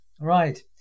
right